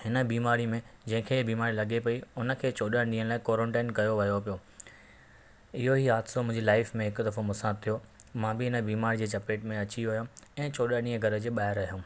हिन बीमारी में जंहिंखे बीमारी लॻे पई उन खे चोॾहनि ॾींहनि लाइ क्वारंटाइन कयो वियो पियो इहो ई हादसो मुंहिंजी लाइफ में हिकु दफ़ो मूंसां थियो मां बि हिन बीमारी जे चपेट में अची वयुमि ऐं चोॾहां ॾींहुं घर जे ॿाहिरि रहियुमि